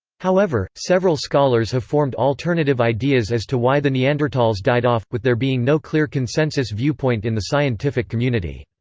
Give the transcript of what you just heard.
however, several scholars have formed alternative ideas as to why the neanderthals died off, with there being no clear consensus viewpoint in the scientific community.